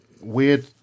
weird